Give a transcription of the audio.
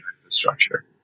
infrastructure